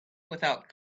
without